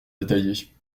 détaillée